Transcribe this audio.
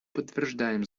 подтверждаем